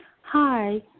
Hi